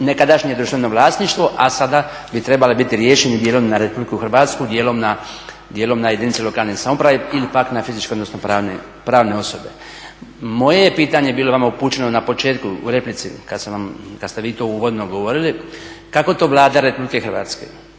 nekadašnje društveno vlasništvo, a sada bi trebale biti riješene dijelom na RH dijelom na jedinice lokalne samouprave ili pak na fizičke odnosno pravne osobe. Moje je pitanje bilo vama upućeno na početku u replici kad ste vi to uvodno govorili kako to Vlada Republike Hrvatske